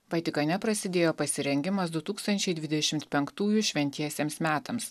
vatikane prasidėjo pasirengimas du tūkstančiai dvidešimt penktųjų šventiesiems metams